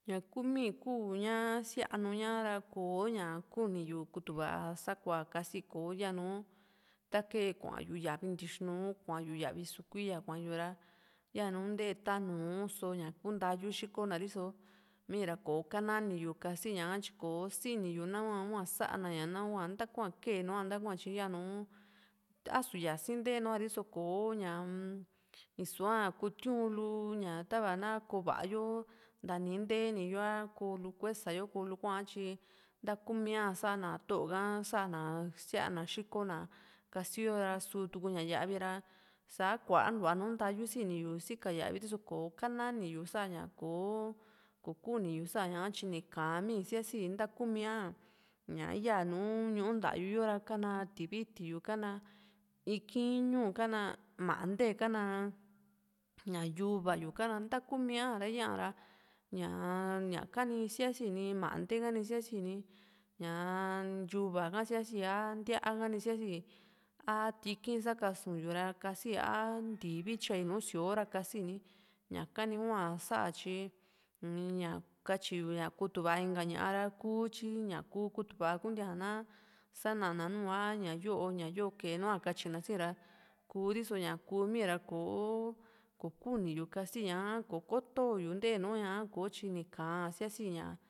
ña kumii kúu ña sianu ñá ra kò´o ña kuni kutu va sakua kasi ko yanu ta kee kuayu yavi ntixinu kuayu yavi sukuilla kujayu ra yanu ntee tanu só ña ku ntayu xiko na riso miira ko´kana niyu kasi ñaka tyi kò´o sini yu nanhua hua sa´na ña nahua ntá kua kee nu´a ntakua tyi yanu ásu yasii ntee nùù a riso kò´o ña-m isua kutiunlu ña tava na koo va´a yo ntani nteeni yo a koolu kuesa yo kolu kuaa tyi ntakumía sa´ana tóo ka sana síana xikó na kasiyo ra sutuku a yavi ra sa kuantua nu ntayu sini yu sika yavi riso kò´o kanani yu sa´ña kò´o kokuniyu sa´a ñaka tyi ni kaami síasi ntakuu mia ña íya nùù ñuu ntayuyo ra ka´na tiviti yu ka´na iki´n íñu ka´na mante ka´na ña yuva yu ntakumíaa ra yaa ra ñaa ñakani yasi ni mante ka yasi ni ña yuva ka siassi a ntía ka ni siasi a tiki´n sakasu yu ra kási a ntivi tyai nùù síoo ra kasini ñaka ni hua sá tyi m ñakatyi yu kutuva inka ñaa ra kú tyi ñaku kutuva kuntíaa ña sa´nana nú a ñayo ñayo kee nu´a katyina si ra kuu riso ña ku mii ra kò´o kuniyu kasi ñaka kò´o koto yu ntee nuña´a tyi nu kaan síasi ña